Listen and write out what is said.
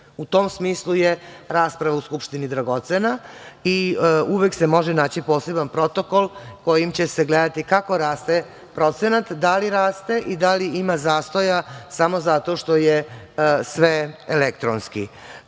tom smislu je rasprava u Skupštini dragocena i uvek se može naći poseban protokol kojim će se gledati kako raste procenat, da li raste i da li ima zastoja samo zato što je sve elektronski? Za